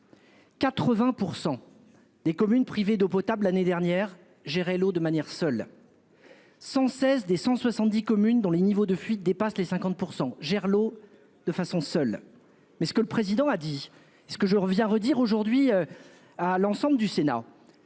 80% des communes privées d'eau potable. L'année dernière, gérer l'eau de manière seul. 116 des 170 communes dont les niveaux de fuite dépasse les 50% Gerlot. De façon seul mais ce que le président a dit est-ce que je reviens redire aujourd'hui. À l'ensemble du Sénat.